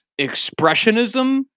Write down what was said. expressionism